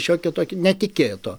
šiokio tokio netikėto